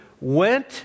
went